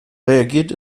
reagiert